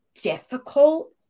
difficult